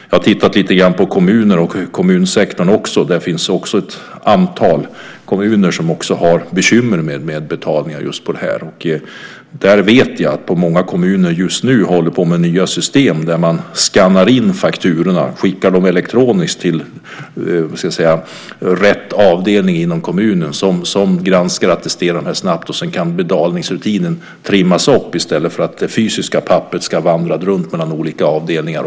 Jag har tittat lite grann på kommunsektorn. Där finns det ett antal kommuner som har just sådana bekymmer med betalningar. Jag vet att man i många kommuner just nu håller på med nya system där man skannar in fakturorna och skickar dem elektroniskt till rätt avdelning inom kommunen som granskar och attesterar dem snabbt. Sedan kan betalningsrutinen trimmas i stället för att det fysiska papperet ska vandra runt mellan olika avdelningar.